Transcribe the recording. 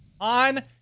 On